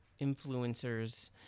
influencers